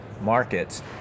markets